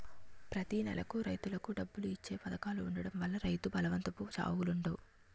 ప్రతి నెలకు రైతులకు డబ్బులు ఇచ్చే పధకాలు ఉండడం వల్ల రైతు బలవంతపు చావులుండవు